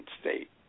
State